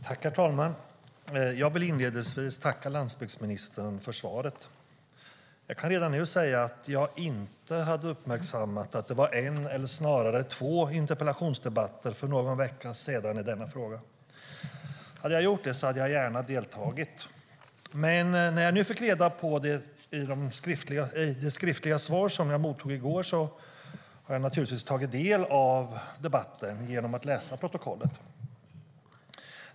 Herr talman! Jag vill inledningsvis tacka landsbygdsministern för svaret. Jag kan redan nu säga att jag inte hade uppmärksammat att det var en debatt, eller snarare två interpellationsdebatter, för någon vecka sedan i denna fråga. Hade jag gjort det hade jag gärna deltagit. När jag fick reda på det i det skriftliga svar som jag mottog i går har jag naturligtvis tagit del av debatten genom att läsa protokollet.